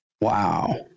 Wow